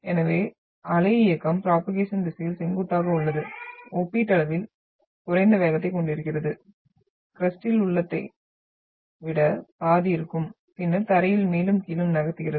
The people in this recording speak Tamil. எனவே அலை இயக்கம் ப்ரோபோகேஷன் திசையில் செங்குத்தாக உள்ளது ஒப்பீட்டளவில் குறைந்த வேகத்தைக் கொண்டிருக்கிறது க்ரஸ்ட்டில் உள்ளதை விட பாதி இருக்கும் பின்னர் தரையில் மேலும் கீழும் நகர்த்துகிறது